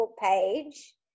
page